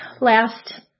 last